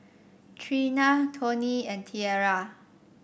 Treena Toney and Tierra